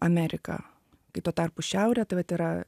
amerika kai tuo tarpu šiaurė tai vat yra